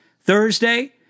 Thursday